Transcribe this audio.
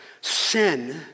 Sin